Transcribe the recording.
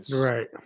right